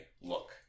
look